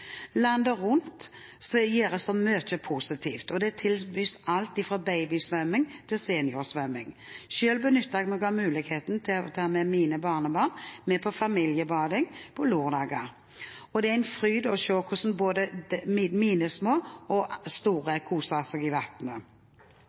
Landet rundt gjøres det mye positivt, og det tilbys alt fra babysvømming til seniorsvømming. Selv benytter jeg meg av muligheten til å ta mine barnebarn med på familiebading på lørdager. Det er en fryd å se hvordan både mine små og store koser seg i